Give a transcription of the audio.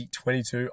22